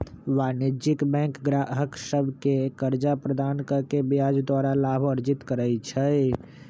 वाणिज्यिक बैंक गाहक सभके कर्जा प्रदान कऽ के ब्याज द्वारा लाभ अर्जित करइ छइ